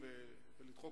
את עבודתם,